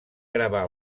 gravar